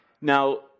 Now